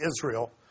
Israel